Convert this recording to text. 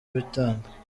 bitanga